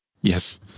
Yes